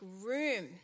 room